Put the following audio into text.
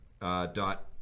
dot